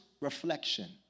reflection